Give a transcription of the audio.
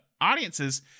audiences